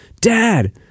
Dad